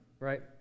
Right